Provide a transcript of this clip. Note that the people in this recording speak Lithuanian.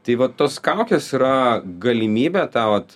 tai vat tos kaukės yra galimybė tą vat